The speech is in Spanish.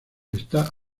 está